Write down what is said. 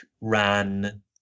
ran